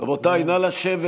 רבותיי, נא לשבת.